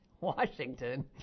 Washington